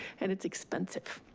and it's expensive.